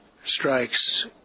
strikes